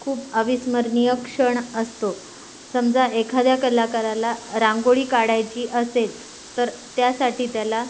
खूप अविस्मरणीय क्षण असतो समजा एखाद्या कलाकाराला रांगोळी काढायची असेल तर त्यासाठी त्याला